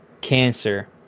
cancer